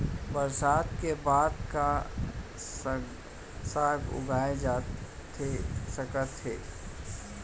बरसात के बाद का का साग उगाए जाथे सकत हे?